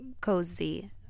cozy